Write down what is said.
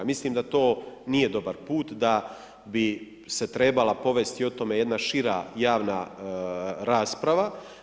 Mislim da to nije dobar put da bi se trebala povesti o tome jedna šira javna rasprava.